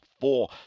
four